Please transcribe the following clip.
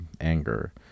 anger